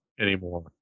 anymore